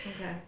Okay